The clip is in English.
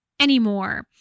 anymore